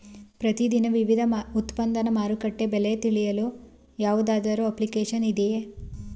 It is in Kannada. ಪ್ರತಿ ದಿನದ ವಿವಿಧ ಉತ್ಪನ್ನಗಳ ಮಾರುಕಟ್ಟೆ ಬೆಲೆ ತಿಳಿಯಲು ಯಾವುದಾದರು ಅಪ್ಲಿಕೇಶನ್ ಇದೆಯೇ?